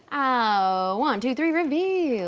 ah one, two, three, reveal.